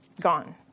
gone